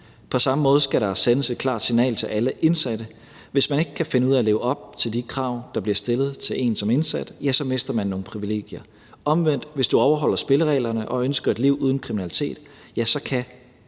På samme måde skal der sendes et klart signal til alle indsatte. Hvis man ikke kan finde ud af at leve op til de krav, der bliver stillet til en som indsat, ja, så mister man nogle privilegier. Hvis man omvendt overholder spillereglerne og ønsker et liv uden kriminalitet, ja, så kan